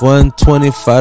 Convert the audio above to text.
125